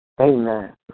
Amen